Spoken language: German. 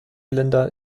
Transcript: länder